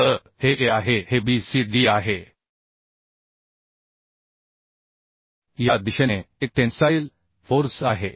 तर हे A आहे हे B C D आहे या दिशेने एक टेन्साईल फोर्स आहे